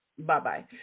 Bye-bye